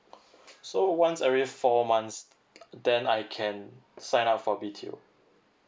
so once every four months then I can sign up for B_T_O